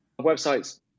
websites